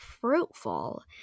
fruitful